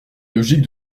logique